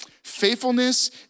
Faithfulness